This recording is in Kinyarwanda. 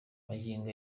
magingo